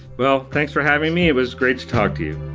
well, thanks for having me. it was great to talk to you.